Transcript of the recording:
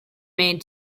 made